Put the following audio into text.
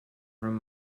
from